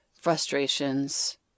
frustrations